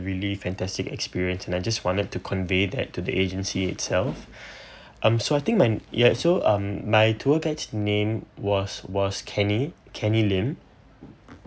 really fantastic experience and I just wanted to convey that to the agency itself um so I think my ya so um my tour guides name was was kenny kenny lim